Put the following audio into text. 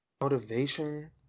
motivation